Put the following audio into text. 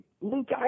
Luke